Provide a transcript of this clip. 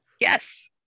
Yes